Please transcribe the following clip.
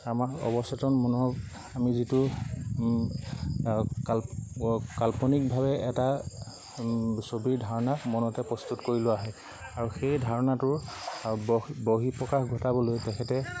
আমাৰ অৱচেতন মনুহক আমি যিটো কাল্পনিকভাৱে এটা ছবিৰ ধাৰণা মনতে প্ৰস্তুত কৰি লোৱা হয়ে আৰু সেই ধাৰণাটোৰ বহি প্ৰকাশ ঘটাবলৈ তেখেতে